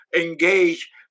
engage